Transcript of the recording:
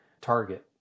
target